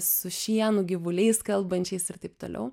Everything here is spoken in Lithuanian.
su šienu gyvuliais kalbančiais ir taip toliau